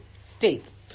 states